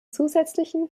zusätzlichen